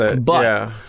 But-